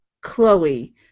Chloe